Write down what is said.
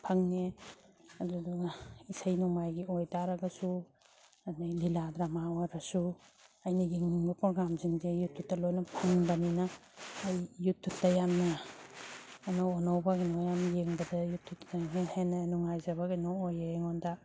ꯐꯪꯉꯦ ꯑꯗꯨꯗꯨꯒ ꯏꯁꯩ ꯅꯣꯡꯃꯥꯏꯒꯤ ꯑꯣꯏꯇꯔꯒꯁꯨ ꯑꯗꯒꯤ ꯂꯤꯂꯥ ꯗ꯭ꯔꯥꯃꯥ ꯑꯣꯏꯔꯁꯨ ꯑꯩꯅ ꯌꯦꯡꯅꯤꯡꯕ ꯄ꯭ꯔꯣꯒꯥꯝꯁꯤꯡꯁꯦ ꯌꯨꯇꯨꯞꯇ ꯂꯣꯏꯅ ꯐꯪꯕꯅꯤꯅ ꯑꯩ ꯌꯨꯇꯨꯞꯇ ꯌꯥꯝꯅ ꯑꯅꯧ ꯑꯅꯧꯕ ꯃꯌꯥꯝ ꯌꯦꯡꯕꯗ ꯌꯨꯇꯨꯞꯇ ꯍꯦꯟꯅ ꯅꯨꯡꯉꯥꯏꯖꯕ ꯀꯩꯅꯣ ꯑꯣꯏꯌꯦ ꯑꯩꯉꯣꯟꯗ